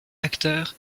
acteur